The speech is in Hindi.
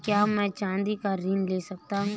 क्या मैं चाँदी पर ऋण ले सकता हूँ?